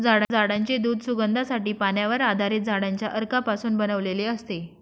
झाडांचे दूध सुगंधासाठी, पाण्यावर आधारित झाडांच्या अर्कापासून बनवलेले असते